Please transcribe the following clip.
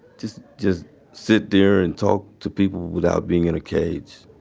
just just sit there and talk to people without being in a cage